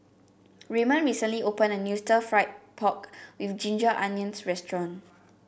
Raymond recently opened a new Stir Fried Pork with Ginger Onions restaurant